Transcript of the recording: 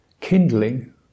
kindling